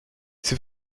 sie